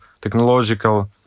technological